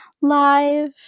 live